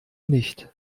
nicht